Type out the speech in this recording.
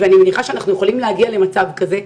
ואני מניחה שאנחנו יכולים להגיע למצב כזה,